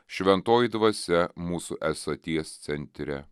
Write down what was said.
šventoji dvasia mūsų esaties centre